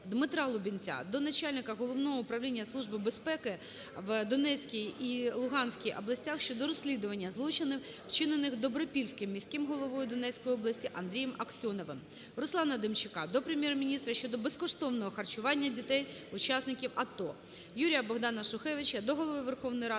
ДмитраЛубінця до начальника головного управління Служби безпеки в Донецькій і Луганській областях щодо розслідування злочинів вчинених Добропільським міським головою Донецької області Андрієм Аксьоновим. РусланаДемчака до Прем'єр-міністра щодо безкоштовного харчування дітей учасників АТО. Юрія-Богдана Шухевича до Голови Верховної Ради,